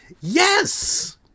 Yes